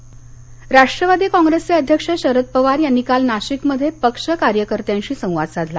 पवार नाशिक राष्ट्रवादी कॉप्रेसचे अध्यक्ष शरद पवार यांनी काल नाशिकमध्ये पक्ष कार्यकर्त्यांशी संवाद साधला